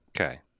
Okay